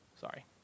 Sorry